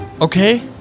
Okay